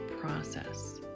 process